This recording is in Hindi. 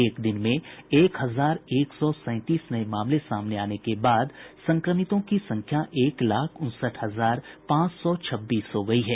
एक दिन में एक हजार एक सौ सैंतीस नये मामले सामने आने के बाद संक्रमितों की संख्या एक लाख उनसठ हजार पांच सौ छब्बीस हो गयी है